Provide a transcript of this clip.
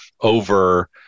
over